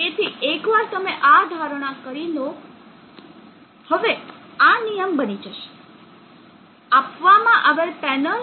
તેથી એકવાર તમે આ ધારણા કરી લો હવે આ નિયમ બની જશે આપવામાં આવેલ પેનલ